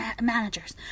managers